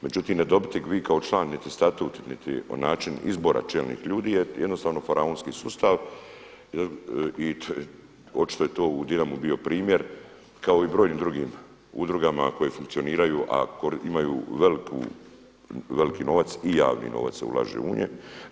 Međutim, ne dobiti vi kao član niti statut niti način izbora čelnih ljudi je jednostavno Faraonski sustav i očito je to u Dinamu bio primjer kao i u brojnim drugim udrugama koje funkcioniraju a imaju veliki novac i javni novac se ulaže u njih.